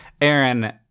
Aaron